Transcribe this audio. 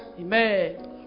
Amen